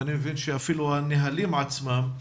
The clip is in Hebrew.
ואני מבין שאפילו הנהלים עצמם,